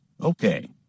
Okay